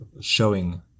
showing